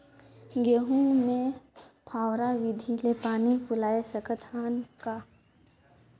गहूं मे फव्वारा विधि ले पानी पलोय सकत हन का?